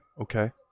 okay